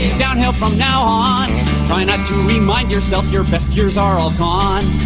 downhill from now on try not to remind yourself your best years are all gone